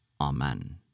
Amen